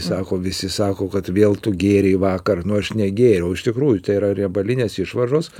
sako visi sako kad vėl tu gėrei vakar nu aš negėriau iš tikrųjų tai yra riebalinės išvaržos